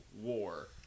war